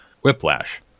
Whiplash